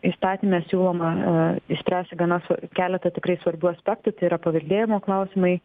įstatyme siūloma išspręsti gana keletą tikrai svarbių aspektų tai yra paveldėjimo klausimai